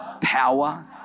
power